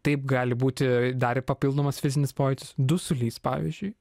taip gali būti dar ir papildomas fizinis pojūtis dusulys pavyzdžiui